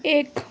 ایک